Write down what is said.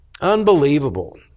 Unbelievable